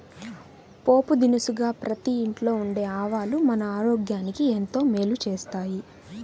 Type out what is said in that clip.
పోపు దినుసుగా ప్రతి ఇంట్లో ఉండే ఆవాలు మన ఆరోగ్యానికి ఎంతో మేలు చేస్తాయి